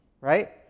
right